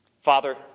Father